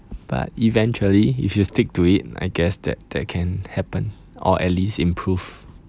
but eventually if you stick to it I guess that that can happen or at least improve